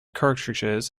cartridges